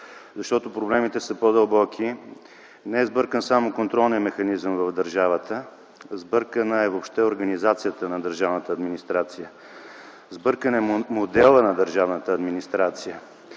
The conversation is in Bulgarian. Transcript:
защото проблемите са по-дълбоки. Не е сбъркан само контролният механизъм в държавата, сбъркана е въобще организацията на държавната администрация, сбъркан е моделът на държавната администрация.